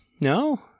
No